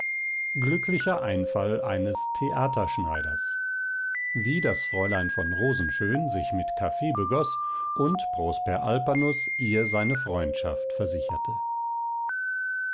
glücklicher einfall eines theaterschneiders wie das fräulein von rosenschön sich mit kaffee begoß und prosper alpanus ihr seine freundschaft versicherte